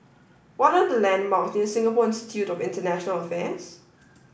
what are the landmarks near Singapore Institute of International Affairs